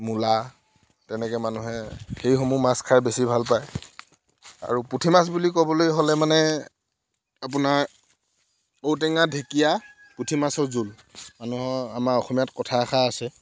মূলা তেনেকৈ মানুহে সেইসমূহ মাছ খাই বেছি ভাল পায় আৰু পুঠি মাছ বুলি ক'বলৈ হ'লে মানে আপোনাৰ ঔটেঙা ঢেকীয়া পুঠি মাছৰ জোল মানুহৰ আমাৰ অসমীয়াত কথা এষাৰ আছে